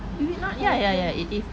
is it not I feel like